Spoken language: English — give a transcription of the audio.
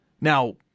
Now